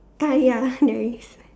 ah ya nice